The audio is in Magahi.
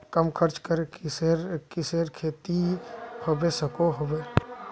कम खर्च करे किसेर किसेर खेती होबे सकोहो होबे?